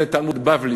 זה תלמוד בבלי,